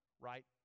right